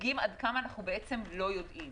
מדגים עד כמה אנחנו לא יודעים.